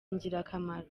ingirakamaro